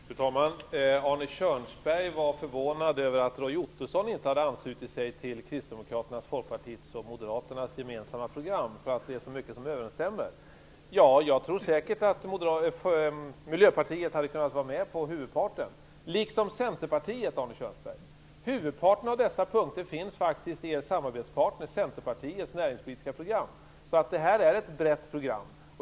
Fru talman! Arne Kjörnsberg var förvånad över att Roy Ottosson inte hade anslutit sig till Kristdemokraternas, Folkpartiets och Moderaternas gemensamma program, för det är mycket som överensstämmer. Ja, jag tror säkert att Miljöpartiet hade kunnat vara med på huvudparten, liksom Centerpartiet. Huvudparten av dessa punkter finns, Arne Kjörnsberg, faktiskt i er samarbetspartners Centerpartiets näringspolitiska program. Det här är ett brett program.